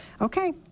Okay